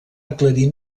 aclarir